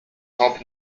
top